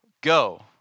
go